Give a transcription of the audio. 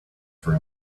for